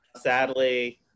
Sadly